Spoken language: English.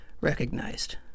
recognized